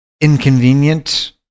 inconvenient